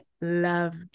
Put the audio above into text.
loved